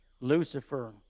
Lucifer